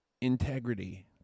Integrity